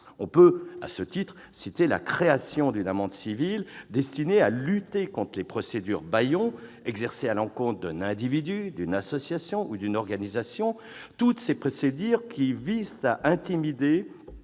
On peut, à ce titre, citer la création d'une amende civile destinée à lutter contre les « procédures bâillons » exercées à l'encontre d'un individu, d'une association ou d'une organisation et qui visent à intimider